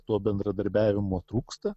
to bendradarbiavimo trūksta